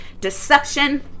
deception